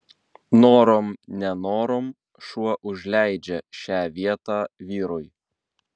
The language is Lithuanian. norom nenorom šuo užleidžia šią vietą vyrui